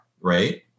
right